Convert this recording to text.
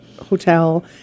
hotel